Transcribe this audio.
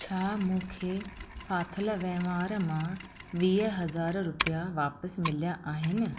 छा मूंखे फाथल वहिंवारु मां वीह हज़ार रुपिया वापसि मिलिया आहिनि